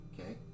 Okay